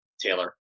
Taylor